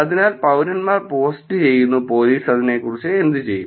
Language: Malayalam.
അതിനാൽ പൌരന്മാർ പോസ്റ്റ് ചെയ്യുന്നു പോലീസ് അതിനെക്കുറിച്ച് എന്തുചെയ്യും